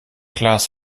klaas